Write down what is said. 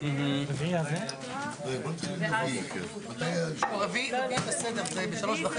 אתחיל מהזמן העתיק אבל בוא נגיד ב-20 שנה